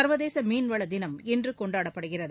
சா்வதேச மீன்வள தினம் இன்று கொண்டாடப்படுகிறது